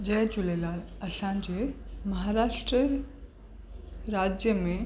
जय झूलेलाल असांजे महाराष्ट्र राज्य में